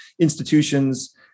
institutions